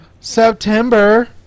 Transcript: September